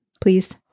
please